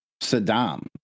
Saddam